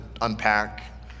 unpack